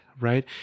right